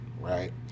right